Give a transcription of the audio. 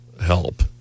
help